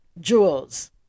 jewels